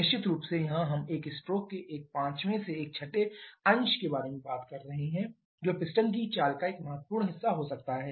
निश्चित रूप से यहां हम एक स्ट्रोक के एक पांचवें से एक छठे अंश के बारे में बात कर रहे हैं जो पिस्टन की चाल का एक महत्वपूर्ण हिस्सा हो सकता है